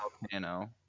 volcano